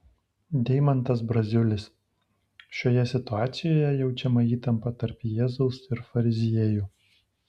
deimantas braziulis šioje situacijoje jaučiama įtampa tarp jėzaus ir fariziejų